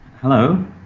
Hello